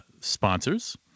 Sponsors